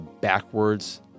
backwards